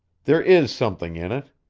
there is something in it.